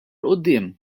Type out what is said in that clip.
quddiem